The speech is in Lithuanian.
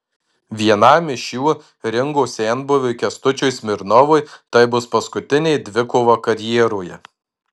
vienam iš jų ringo senbuviui kęstučiui smirnovui tai bus paskutinė dvikova karjeroje